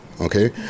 Okay